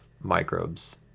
microbes